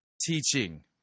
teaching